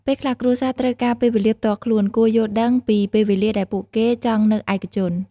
ពេលខ្លះគ្រួសារត្រូវការពេលវេលាផ្ទាល់ខ្លួន គួរយល់ដឹងពីពេលវេលាដែលពួកគេចង់នៅឯកជន។